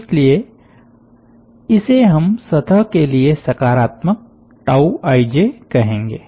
इसलिए इसे हम सतह के लिए सकारात्मकijकहेंगे